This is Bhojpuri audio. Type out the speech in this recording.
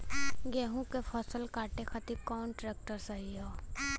गेहूँक फसल कांटे खातिर कौन ट्रैक्टर सही ह?